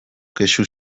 kexu